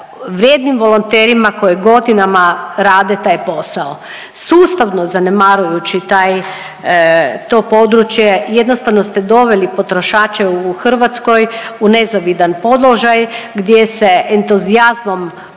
vrijednim volonterima koji godinama rade taj posao. Sustavno zanemarujući taj, to područje jednostavno ste doveli potrošače u Hrvatskoj u nezavidan položaj gdje se entuzijazmom